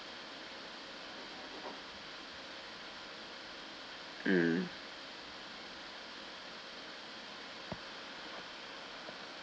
mm